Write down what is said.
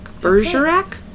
Bergerac